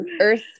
earth